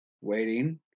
waiting